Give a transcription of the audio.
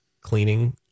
cleaning